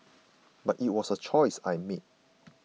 but it was a choice I made